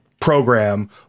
program